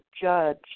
judge